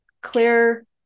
clear